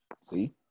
See